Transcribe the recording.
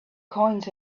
coins